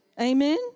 Amen